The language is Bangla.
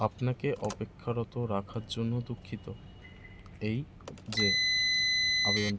আপনাকে অপেক্ষারত রাখার জন্য দুঃখিত এই যে আবেদনপত্র